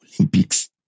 Olympics